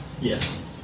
Yes